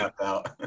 out